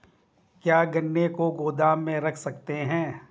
क्या गन्ने को गोदाम में रख सकते हैं?